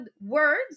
words